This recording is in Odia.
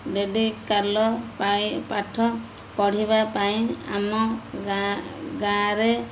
ଡେଡ଼ିକାଲ ପାଇଁ ପାଠ ପଢ଼ିବା ପାଇଁ ଆମ ଗାଁ ଗାଁରେ